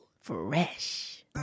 Fresh